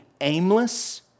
aimless